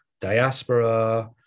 diaspora